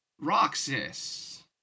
Roxas